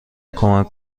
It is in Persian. کمک